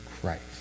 Christ